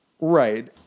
Right